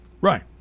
Right